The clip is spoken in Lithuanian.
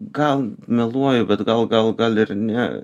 gal meluoju bet gal gal gal ir ne